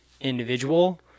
individual